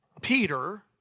Peter